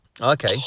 Okay